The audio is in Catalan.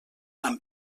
amb